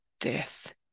death